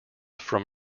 from